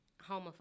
homophobic